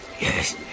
Yes